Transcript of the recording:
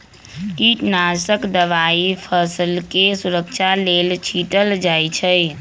कीटनाशक दवाई फसलके सुरक्षा लेल छीटल जाइ छै